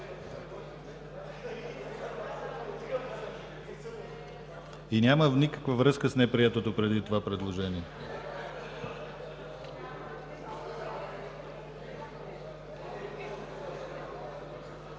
И няма никаква връзка с неприетото преди това предложение.